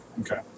Okay